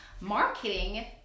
marketing